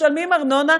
משלמים ארנונה,